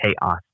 Chaos